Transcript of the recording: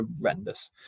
horrendous